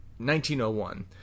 1901